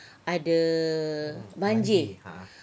ada banjir